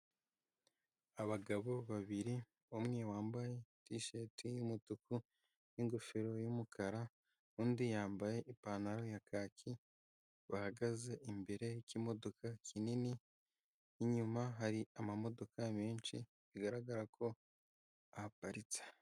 Abagabo babiri umwe wambaye tisheti y'umutuku n'ingofero y'umukara, undi yambaye ipantaro ya kaki bahagaze imbere y'ikimodoka kinini, inyuma hari amamodoka menshi bigaragara ko ahaparitse.